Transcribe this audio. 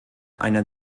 einer